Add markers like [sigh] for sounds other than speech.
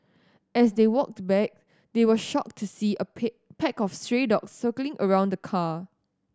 as they walked back they were shocked to see a [unintelligible] pack of stray dogs circling around the car